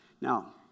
Now